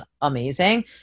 amazing